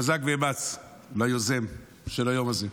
חזק ואמץ ליוזם של היום הזה.